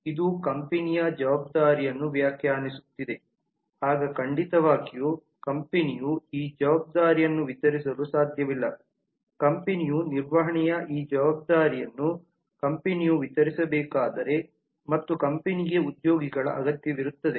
ಇದು ಕಂಪನಿಯ ಜವಾಬ್ದಾರಿಯನ್ನು ವ್ಯಾಖ್ಯಾನಿಸುತ್ತಿದೆ ಆಗ ಖಂಡಿತವಾಗಿಯೂ ಕಂಪನಿಯು ಈ ಜವಾಬ್ದಾರಿಯನ್ನು ವಿತರಿಸಲು ಸಾಧ್ಯವಿಲ್ಲ ಕಂಪನಿಯು ನಿರ್ವಹಣೆಯ ಈ ಜವಾಬ್ದಾರಿಯನ್ನು ಕಂಪನಿಯು ವಿತರಿಸಬೇಕಾದರೆ ಮತ್ತು ಕಂಪನಿಗೆ ಉದ್ಯೋಗಿಗಳ ಅಗತ್ಯವಿರುತ್ತದೆ